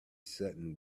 sudden